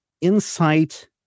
insight